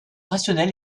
rationnel